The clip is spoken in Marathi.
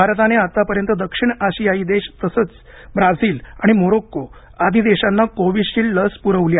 भारताने आतापर्यंत दक्षिण आशियाई देश तसंच ब्राझील आणि मोरोक्को आदी देशांना कोविशिल्ड लस पूरवली आहे